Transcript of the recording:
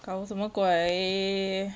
搞什么鬼